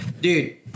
Dude